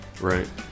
right